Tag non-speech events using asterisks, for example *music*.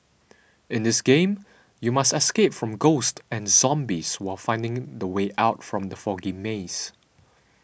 *noise* in this game you must escape from ghosts and zombies while finding the way out from the foggy maze